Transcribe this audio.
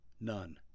None